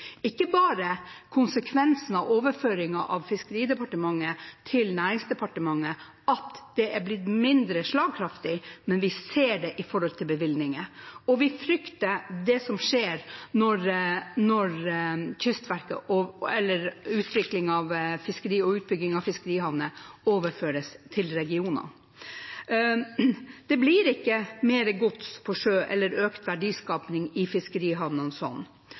ikke bare konsekvensene av overføringen av Fiskeridepartementet til Næringsdepartementet, at det har blitt mindre slagkraftig, men vi ser det også når det gjelder bevilgninger, og vi frykter det som skjer når utviklingen og utbyggingen av fiskerihavner overføres til regionene. Det blir ikke mer gods på sjø eller økt verdiskaping i fiskerihavnene